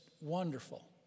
wonderful